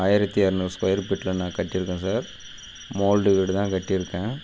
ஆயிரத்தி எரநூறு ஸ்கொயர் ஃபீட்டில் நான் கட்டியிருக்கேன் சார் மோல்டு வீடு தான் கட்டியிருக்கேன்